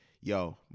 Yo